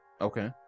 Okay